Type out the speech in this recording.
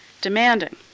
demanding